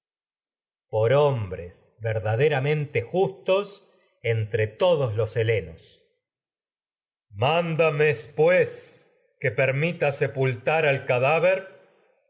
por hombres verdaderamente justos entre helenos agamemnón mándasme tar pues que permita sepul al cadáver